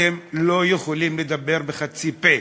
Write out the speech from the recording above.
אתם לא יכולים לדבר בחצי פה.